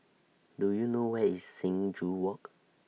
Do YOU know Where IS Sing Joo Walk